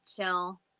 chill